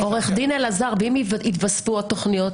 עורך דין אלעזר, ואם יתווספו עוד תכניות,